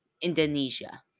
Indonesia